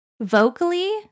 vocally